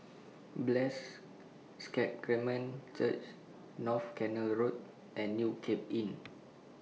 Blessed Sacrament Church North Canal Road and New Cape Inn